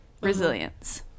resilience